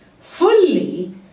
fully